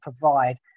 provide